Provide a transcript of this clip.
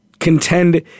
contend